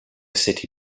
city